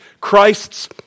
Christ's